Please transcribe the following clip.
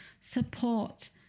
support